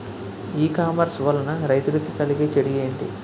ఈ కామర్స్ వలన రైతులకి కలిగే చెడు ఎంటి?